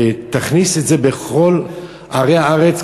ותכניס את זה בכל ערי הארץ,